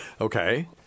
Okay